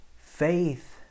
faith